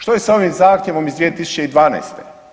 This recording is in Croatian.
Što je s ovim zahtjevom iz 2012.